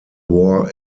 war